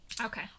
Okay